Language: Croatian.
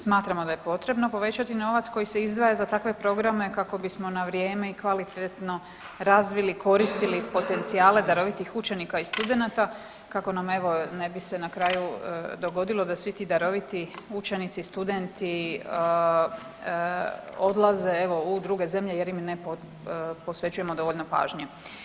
Smatramo da je potrebno povećati novac koji se izdvaja za takve programe kako bismo na vrijeme i kvalitetno razvili i koristili potencijale darovitih učenika i studenata kako nam evo ne bi se na kraju dogodilo da svi ti daroviti učenici, studenti, odlaze evo u druge zemlje jer im ne posvećujemo dovoljno pažnje.